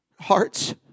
hearts